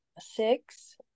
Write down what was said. Six